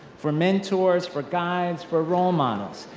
for mentors, for guides, for role models.